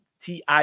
TI